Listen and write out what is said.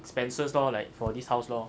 expenses lor like for this house lor